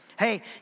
hey